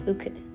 Okay